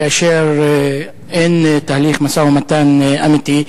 כאשר אין תהליך משא-ומתן אמיתי,